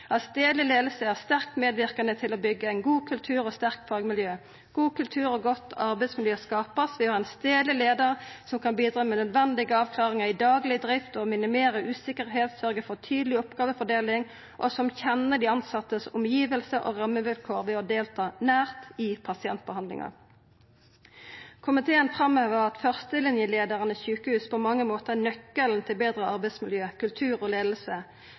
stedlig ledelse er sterkt medvirkende til å bygge en god kultur og sterke fagmiljø. God kultur og godt arbeidsmiljø skapes ved å ha en stedlig leder som kan bidra med nødvendige avklaringer i daglig drift og minimere usikkerhet, sørge for tydelig oppgavefordeling og som kjenner de ansattes omgivelser og rammevilkår ved å delta nært i pasientbehandlingen.» Dessutan: «Komiteen vil fremheve at førstelinjeledere i sykehus på mange måter er nøkkelen til bedre arbeidsmiljø, kultur og ledelse.